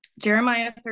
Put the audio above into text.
Jeremiah